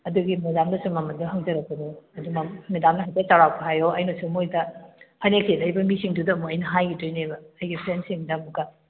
ꯑꯗꯨꯒꯤ ꯃꯦꯗꯥꯝꯗꯁꯨ ꯃꯃꯜꯗꯣ ꯍꯪꯖꯔꯛꯄꯅꯤ ꯑꯗꯨꯅ ꯃꯦꯗꯥꯝꯅ ꯍꯥꯏꯐꯦꯠ ꯆꯧꯔꯥꯛꯄ ꯍꯥꯏꯌꯣ ꯑꯩꯅꯁꯨ ꯃꯣꯏꯗ ꯐꯅꯦꯛ ꯆꯦꯜꯂꯛꯏꯕ ꯃꯤꯁꯤꯡꯗꯨꯗ ꯑꯃꯨꯛ ꯑꯩꯅ ꯍꯥꯏꯈꯤꯗꯣꯏꯕ ꯑꯩꯒꯤ ꯐ꯭ꯔꯦꯟꯁꯤꯡꯗ ꯑꯃꯨꯛꯀ